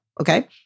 okay